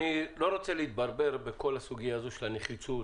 אני לא רוצה להתברבר בכל הסוגיה של הנחיצות.